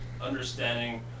understanding